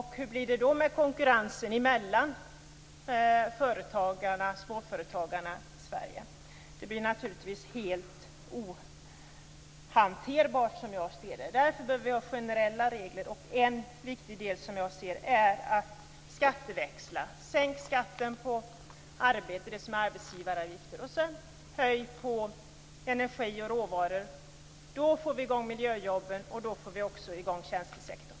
Hur blir det då med konkurrensen mellan småföretagarna i Sverige? Det blir naturligtvis helt ohanterligt, som jag ser det. Därför behöver vi ha generella regler. En viktig del är att skatteväxla. Sänk skatten på arbete, det som är arbetsgivaravgifter, och höj skatten på energi och råvaror! Då får vi i gång miljöjobben, och då får vi också i gång tjänstesektorn.